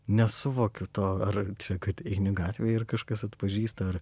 nesuvokiu to ar kad eini gatvėj ir kažkas atpažįsta ar